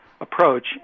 approach